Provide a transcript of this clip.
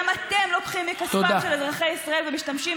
גם אתם לוקחים מכספם של אזרחי ישראל ומשתמשים